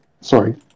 Sorry